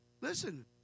Listen